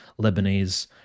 Lebanese